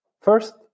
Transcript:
first